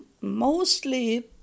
mostly